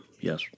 Yes